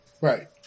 right